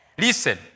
Listen